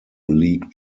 league